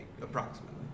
approximately